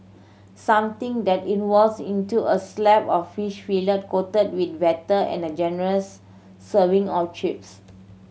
something that involves into a slab of fish fillet coated with batter and a generous serving of chips